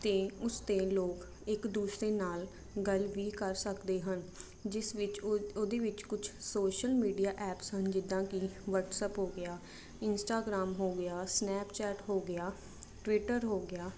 ਅਤੇ ਉਸ 'ਤੇ ਲੋਕ ਇੱਕ ਦੂਸਰੇ ਨਾਲ ਗੱਲ ਵੀ ਕਰ ਸਕਦੇ ਹਨ ਜਿਸ ਵਿੱਚ ਉਹ ਉਹਦੇ ਵਿੱਚ ਕੁਝ ਸੋਸ਼ਲ ਮੀਡੀਆ ਐਪਸ ਹਨ ਜਿੱਦਾਂ ਕਿ ਵਟਸਐਪ ਹੋ ਗਿਆ ਇੰਸਟਾਗਰਾਮ ਹੋ ਗਿਆ ਸਨੈਪਚੈਟ ਹੋ ਗਿਆ ਟਵੀਟਰ ਹੋ ਗਿਆ